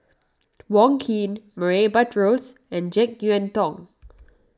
Wong Keen Murray Buttrose and Jek Yeun Thong